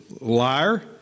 liar